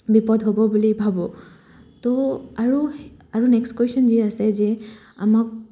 বিপদ হ'ব বুলি ভাবোঁ তো আৰু আৰু নেক্সট কুৱেশ্যন যি আছে যে আমাক